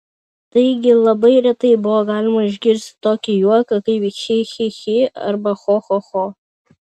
taigi labai retai buvo galima išgirsti tokį juoką kaip chi chi chi arba cho cho cho